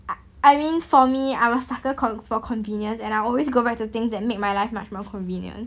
I I mean for me I'm a sucker con~ for convenience and I always go back to things that make my life much more convenient